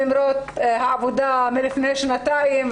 למרות העבודה מלפני שנתיים,